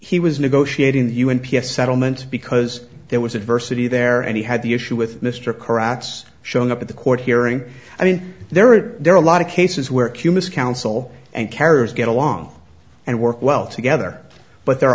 he was negotiating the un peace settlement because there was a diversity there and he had the issue with mr korat showing up at the court hearing i mean there are there are a lot of cases where humans counsel and carers get along and work well together but there are